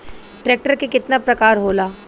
Tractor के केतना प्रकार होला?